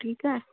ठीकु आहे